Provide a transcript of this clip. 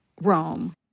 Rome